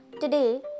Today